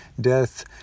death